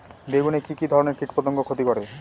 বেগুনে কি কী ধরনের কীটপতঙ্গ ক্ষতি করে?